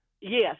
Yes